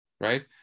right